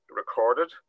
recorded